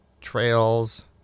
Trails